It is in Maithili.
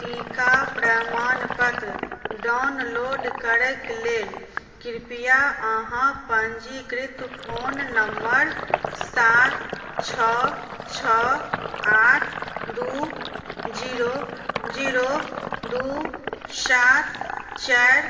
टीका प्रमाणपत्र डाउनलोड करै के लेल कृपया अहाँ पञ्जीकृत फोन नम्बर सात छओ छओ आठ दू जीरो जीरो दू सात चारि